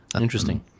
Interesting